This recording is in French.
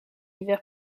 hiver